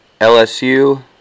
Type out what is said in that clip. LSU